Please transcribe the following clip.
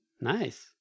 Nice